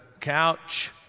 couch